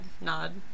nod